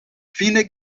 fine